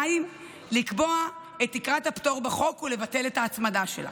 2. לקבוע את תקרת הפטור בחוק ולבטל את ההצמדה שלה,